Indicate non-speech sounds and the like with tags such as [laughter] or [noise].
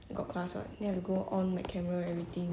you got class [what] then have to go on like camera everything [noise]